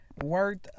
worth